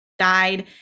Died